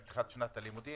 תחילת שנת הלימודים,